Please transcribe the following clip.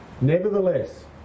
Nevertheless